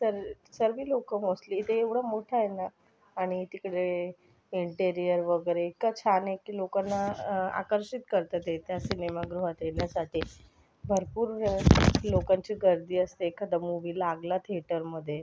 सर् सर्व लोकं मोस्टली ते एवढं मोठं आहे ना आणि तिकडे इंटेरियर वगैरे इतकं छान आहे की लोकांना आकर्षित करतं ते त्या सिनेमागृहात येण्यासाठी भरपूर लोकांची गर्दी असते एखादा मूवी लागला थेटरमध्ये